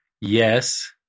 yes